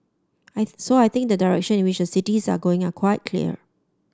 I so I think the direction in which the cities are going are quite clear